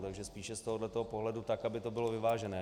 Takže spíše z tohoto pohledu, tak aby to bylo vyvážené.